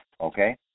okay